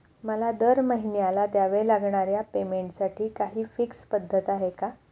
मला दरमहिन्याला द्यावे लागणाऱ्या पेमेंटसाठी काही फिक्स पद्धत आहे का?